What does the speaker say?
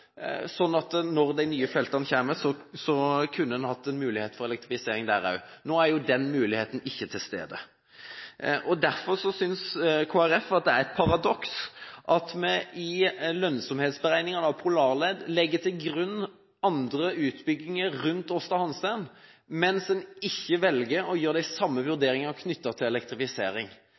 sånn at en når de nye feltene kommer, kunne hatt mulighet for elektrifisering der også. Nå er den muligheten ikke til stede. Derfor synes Kristelig Folkeparti at det er et paradoks at vi i lønnsomhetsberegningen av Polarled legger til grunn andre utbygginger rundt Aasta Hansteen, og ikke velger å gjøre de samme vurderingene når det gjelder elektrifisering. Det er åpenbart at hvis en får til elektrifisering